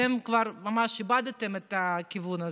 אתם כבר ממש איבדתם את הכיוון הזה.